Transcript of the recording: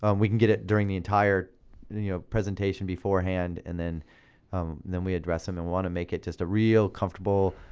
um we can get it during the entire presentation beforehand, and then then we address them and we wanna make it just a real comfortable,